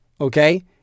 Okay